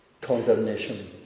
condemnation